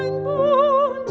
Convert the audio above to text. hello.